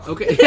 Okay